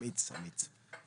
אמיץ, אמיץ.